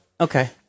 Okay